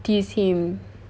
tease him